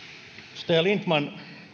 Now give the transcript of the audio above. edustaja lindtman